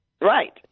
Right